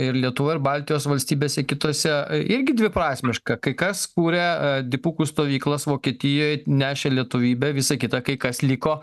ir lietuvoj ir baltijos valstybėse kitose irgi dviprasmiška kai kas kūrę dipukų stovyklas vokietijoje nešė lietuvybę visa kita kai kas liko